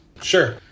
Sure